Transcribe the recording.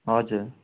हजुर